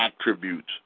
attributes